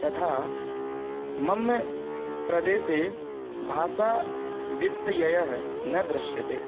तथा मम प्रदेशे भाषा व्यत्ययः न दृश्यते